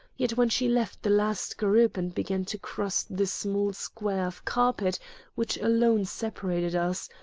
yet when she left the last group and began to cross the small square of carpet which alone separated us,